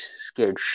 scared